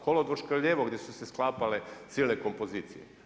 Kolodvor Škarljevo, gdje su se sklapale silne kompozicije.